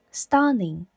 stunning